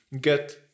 get